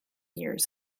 years